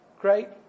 great